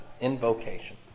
Invocation